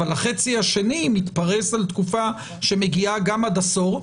אבל החצי השני מתפרש על תקופה שמגיעה גם עד עשור.